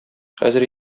хәзер